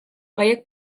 gaiak